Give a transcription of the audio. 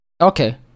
Okay